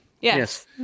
Yes